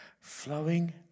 Flowing